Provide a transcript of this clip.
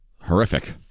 Horrific